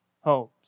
homes